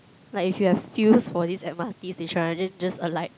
like if you have feels for this M_R_T station right then just alight